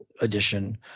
edition